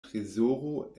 trezoro